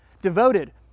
Devoted